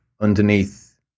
underneath